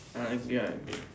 I agree I agree